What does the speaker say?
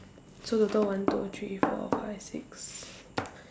so total one two three four five six